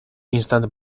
istant